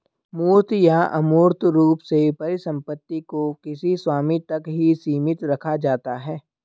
मूर्त या अमूर्त रूप से परिसम्पत्ति को किसी स्वामी तक ही सीमित रखा जाता है